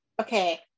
okay